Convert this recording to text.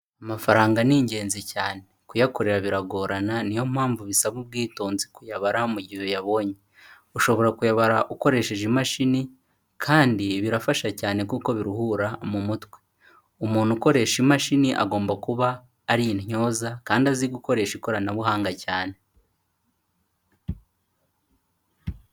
Amafaranga ni ingenzi cyane, kuyakorera biragorana ni yo mpamvu bisaba ubwitonzi kuyabara mu gihe uyabonye. Ushobora kuyabara ukoresheje imashini kandi birafasha cyane kuko biruhura mu mutwe. Umuntu ukoresha imashini agomba kuba ari intyoza kandi azi gukoresha ikoranabuhanga cyane.